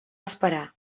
esperar